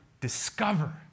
discover